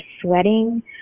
sweating